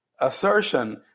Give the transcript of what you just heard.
assertion